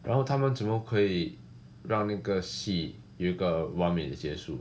然后他们怎么可以让那个戏有个完美的结束